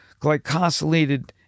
glycosylated